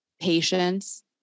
patience